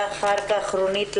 עשרות שנים בשירות הציבורי בתחנה